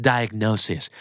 Diagnosis